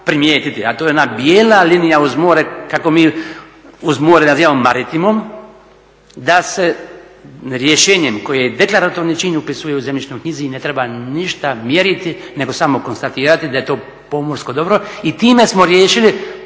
primijetiti, a to je ona bijela linija uz more, kako mi uz more nazivamo …, da se rješenjem koje je deklaratorni čin, upisuje u zemljišnoj knjizi i ne treba ništa mjeriti nego samo konstatirati da je to pomorsko dobro i time smo riješili,